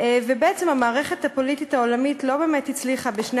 בעצם המערכת הפוליטית העולמית לא באמת הצליחה בשני